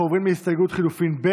אנחנו עוברים ללחלופין א'.